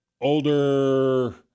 older